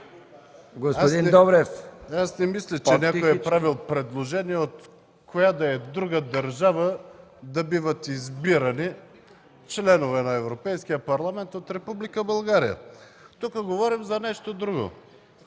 аз не мисля, че някой е правил предложения от коя да е друга държава да биват избирани членове на Европейския парламент от Република България. Тук говорим за нещо друго.